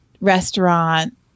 restaurant